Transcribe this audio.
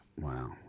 Wow